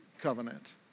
covenant